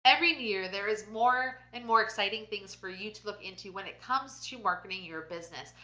every year, there is more and more exciting things for you to look into, when it comes to marketing your business.